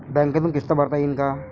बँकेतून किस्त भरता येईन का?